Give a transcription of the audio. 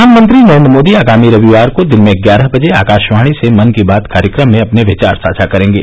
प्रधानमंत्री नरेंद्र मोदी आगामी रविवार को दिन में ग्यारह बजे आकाशवाणी से मन की बात कार्यक्रम में अपने विचार साझा करेंगे